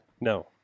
No